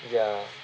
ya